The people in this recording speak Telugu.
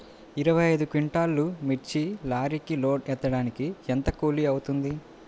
ఇరవై ఐదు క్వింటాల్లు మిర్చి లారీకి లోడ్ ఎత్తడానికి ఎంత కూలి అవుతుంది?